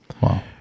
Wow